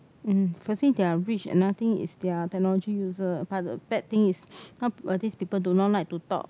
mmhmm firstly they are rich another thing is that they are technology user but the bad thing is this people do not like to talk